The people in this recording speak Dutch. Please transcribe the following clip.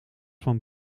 van